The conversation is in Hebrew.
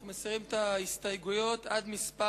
אנחנו מסירים את ההסתייגויות עד מס'